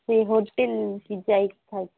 ସେ ହୋଟେଲ୍ ଯାଇକି ଖାଇବା